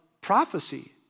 prophecy